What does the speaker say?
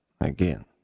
again